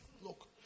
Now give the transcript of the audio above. Look